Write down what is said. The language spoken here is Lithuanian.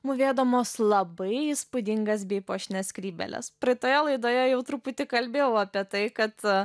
mūvėdamos labai įspūdingas bei puošnias skrybėles praeitoje laidoje jau truputį kalbėjau apie tai kad